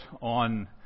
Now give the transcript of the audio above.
on